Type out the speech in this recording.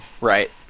Right